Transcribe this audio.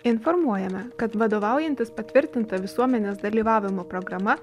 informuojame kad vadovaujantis patvirtinta visuomenės dalyvavimo programa